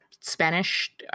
Spanish